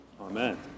Amen